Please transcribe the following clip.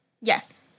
Yes